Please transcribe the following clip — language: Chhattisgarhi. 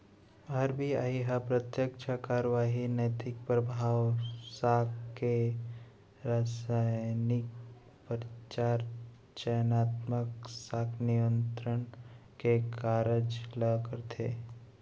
आर.बी.आई ह प्रत्यक्छ कारवाही, नैतिक परभाव, साख के रासनिंग, परचार, चयनात्मक साख नियंत्रन के कारज ल करथे